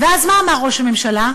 ואז מה אמר ראש הממשלה?